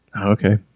Okay